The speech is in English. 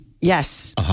Yes